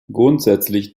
grundsätzlich